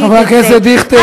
חבר הכנסת דיכטר,